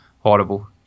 horrible